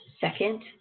Second